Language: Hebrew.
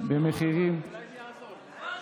אולי זה יעזור.